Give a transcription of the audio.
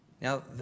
Now